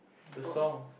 the song